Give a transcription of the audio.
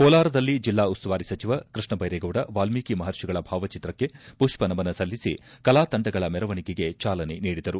ಕೋಲಾರದಲ್ಲಿ ಜಿಲ್ಲಾ ಉಸ್ತುವಾರಿ ಸಚಿವ ಕೃಷ್ಣಬೈರೇಗೌಡ ವಾಲ್ಮೀಕಿ ಮಹರ್ಷಿಗಳ ಭಾವಚಿತ್ರಕ್ಕೆ ಮಷ್ತನಮನ ಸಲ್ಲಿಸಿ ಕಲಾತಂಡಗಳ ಮೆರವಣಿಗೆಗೆ ಚಾಲನೆ ನೀಡಿದರು